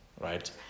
right